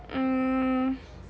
mm